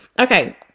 Okay